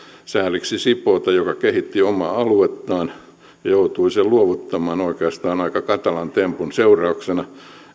sääliksi käy sipoota joka kehitti omaa aluettaan ja joutui sen luovuttamaan oikeastaan aika katalan tempun seurauksena